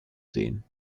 sehen